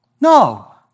No